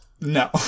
no